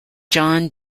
john